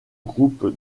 groupe